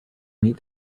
meet